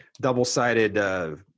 double-sided